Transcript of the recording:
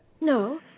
No